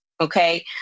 Okay